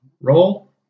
Roll